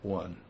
one